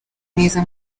neza